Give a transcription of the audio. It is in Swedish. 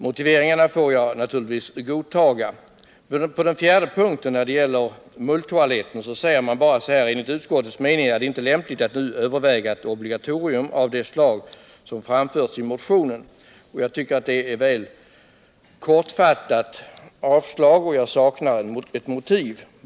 Naturligtvis får jag godta dessa motiveringar. På den fjärde punkten, beträffande mulltoaletter, står det helt kort i betänkandet: ”Enligt utskottets mening är det inte lämpligt att nu överviga ett obligatorium av det slag som framförts i motionen.” Enligt min mening är detta ett väl kortfattat avstyrkande. Jag saknar ett motiv.